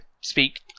speak